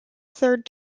third